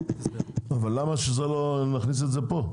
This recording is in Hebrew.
למה שלא נכניס את זה פה?